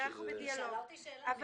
הסתייגות 7: